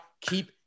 keep